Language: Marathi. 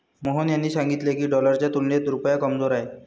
मोहन यांनी सांगितले की, डॉलरच्या तुलनेत रुपया कमजोर आहे